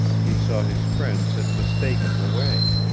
he saw his friends had mistaken the way.